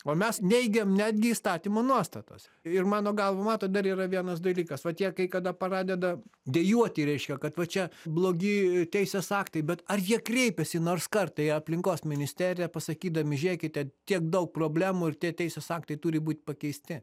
o mes neigiam netgi įstatymo nuostatas ir mano galva matot dar yra vienas dalykas vat jie kai kada pradeda dejuoti reiškia kad va čia blogi teisės aktai bet ar jie kreipėsi nors kartą į aplinkos ministeriją pasakydami žiūrėkite tiek daug problemų ir tie teisės aktai turi būt pakeisti